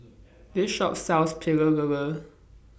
This Shop sells Pecel Lele